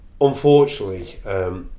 Unfortunately